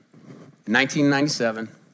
1997